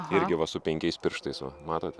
irgi va su penkiais pirštais va matote